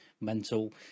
mental